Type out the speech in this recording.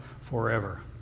forever